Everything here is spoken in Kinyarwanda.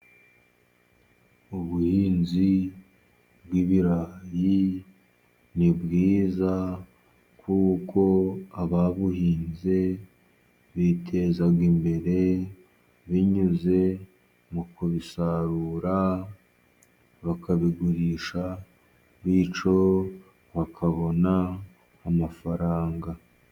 Ubuhinzi bw'ibirayi ni bwiza kuko ababuhinze biteza imbere binyuze mu kubisarura bakabigurisha, bityo bakabona amafaranga.